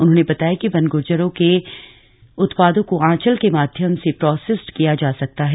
उन्होंने बताया कि वन गुज्जरों के उत्पादों को आंचल के माध्यम से प्रोसेस्ड किया जा सकता है